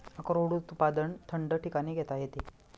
अक्रोड उत्पादन थंड ठिकाणी घेता येते